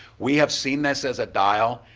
we have seen this as a dial,